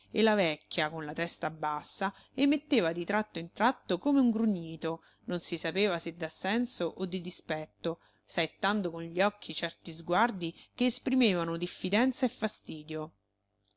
e la vecchia con la testa bassa emetteva di tratto in tratto come un grugnito non si sapeva se d'assenso o di dispetto saettando con gli occhi certi sguardi che esprimevano diffidenza e fastidio